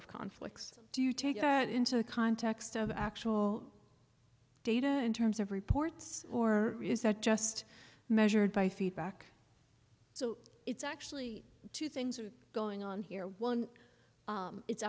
of conflicts do you take that into the context of actual data and terms of reports or is that just measured by feedback so it's actually two things are going on here one it's